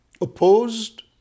opposed